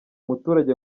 muturage